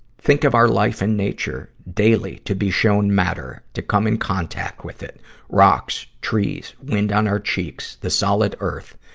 think of our life and nature daily to be shown matter to come in contact with it rocks, trees, wind on our cheeks, the solid earth,